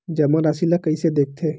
जमा राशि ला कइसे देखथे?